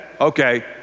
okay